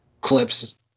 clips